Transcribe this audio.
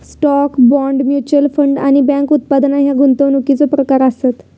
stock, bond, mutual fund आणि bank उत्पादना ह्या गुंतवणुकीचो प्रकार आसत